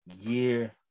year